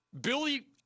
Billy